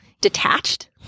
detached